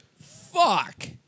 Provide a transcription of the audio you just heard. Fuck